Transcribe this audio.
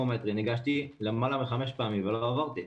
ניגשתי לפסיכומטרי למעלה מחמש פעמים ולא עברתי.